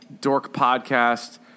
dorkpodcast